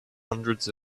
hundreds